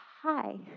hi